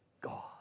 God